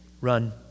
Run